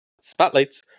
Spotlights